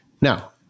Now